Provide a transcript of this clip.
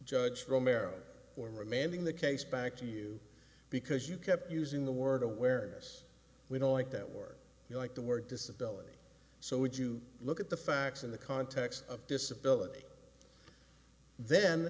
judge romero or remanding the case back to you because you kept using the word awareness we don't like that word you like the word disability so would you look at the facts in the context of disability then